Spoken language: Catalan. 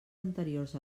anteriors